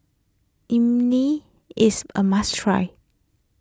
Imoni is a must try